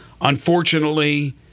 Unfortunately